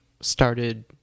started